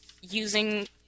using